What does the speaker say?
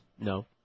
No